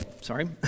sorry